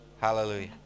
hallelujah